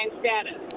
status